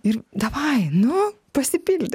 ir davai nu pasipildyk